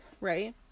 right